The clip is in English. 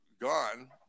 gone